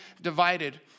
divided